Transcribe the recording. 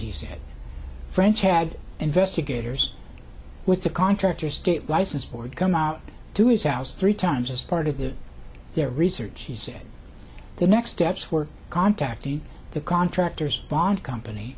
said french had investigators with the contractor state license board come out to his house three times as part of the their research he said the next steps were contacting the contractors bond company